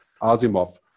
Asimov